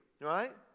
right